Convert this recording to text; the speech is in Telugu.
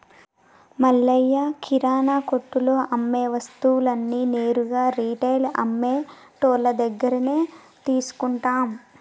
మల్లయ్య కిరానా కొట్టులో అమ్మే వస్తువులన్నీ నేరుగా రిటైల్ అమ్మె టోళ్ళు దగ్గరినుంచే తీసుకుంటాం